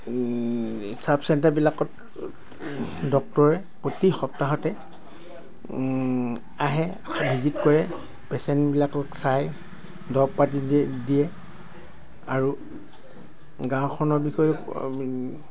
sub চেণ্টাৰবিলাকত ডক্টৰে প্ৰতি সপ্তাহতে আহে ভিজিত কৰে পেচেণ্টবিলাকক চাই দৰব পাতি দি দিয়ে আৰু গাঁওখনৰ বিষয়েও